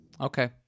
Okay